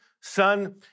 Son